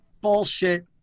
bullshit